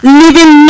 living